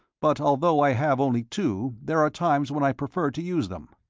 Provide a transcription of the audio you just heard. but although i have only two, there are times when i prefer to use them.